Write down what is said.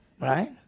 Right